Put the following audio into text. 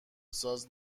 ساز